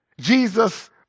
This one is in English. Jesus